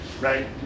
Right